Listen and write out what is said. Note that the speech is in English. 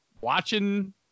watching